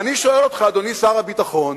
ואני שואל אותך, אדוני שר הביטחון: